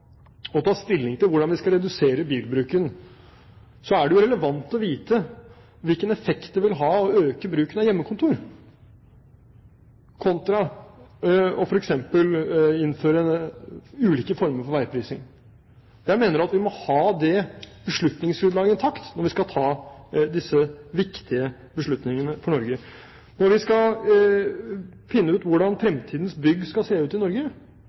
ta stilling til hvordan vi skal redusere bilbruken, er det jo relevant å vite hvilken effekt det vil ha å øke bruken av hjemmekontor kontra f.eks. å innføre ulike former for veiprising. Jeg mener at vi må ha det beslutningsgrunnlaget intakt når vi skal ta disse viktige beslutningene for Norge. Når vi skal finne ut hvordan fremtidens bygg skal se ut i Norge,